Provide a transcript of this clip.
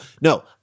No